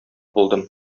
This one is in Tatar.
булдым